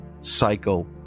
cycle